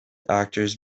actors